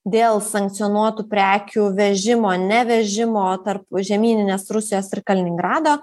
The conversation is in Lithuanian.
dėl sankcionuotų prekių vežimo ne vežimo tarp žemyninės rusijos ir kaliningrado